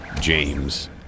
James